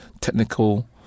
technical